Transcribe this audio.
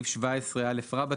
סעיף 17 (א) רבה,